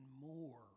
more